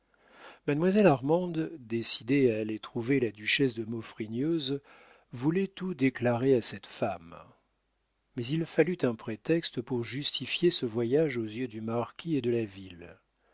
mademoiselle armande décidée à aller trouver la duchesse de maufrigneuse voulait tout déclarer à cette femme mais il fallut un prétexte pour justifier ce voyage aux yeux du marquis et de la ville